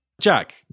Jack